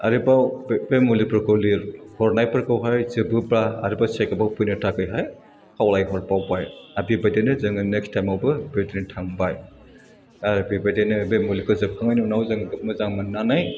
आरोबाव बे बे मुलिफोरखौ लिर हरनायफोरखौहाय जेब्लेब्ला आरोबाव सेकाबाव फैबावनो थाखायहाय खावलाय हरबावबाय आरो बेबायदिनो जोहो नेक्स टाइमावबो थांबाय आरो बेबायदिनो जों मुलिखौ जोबखांनायनि उनाव जों मोजां मोन्नानै